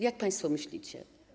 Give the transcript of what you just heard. Jak państwo myślicie?